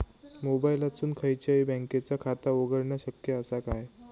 मोबाईलातसून खयच्याई बँकेचा खाता उघडणा शक्य असा काय?